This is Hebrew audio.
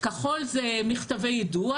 כחול זה מכתבי יידוע.